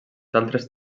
altres